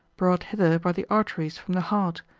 brought hither by the arteries from the heart,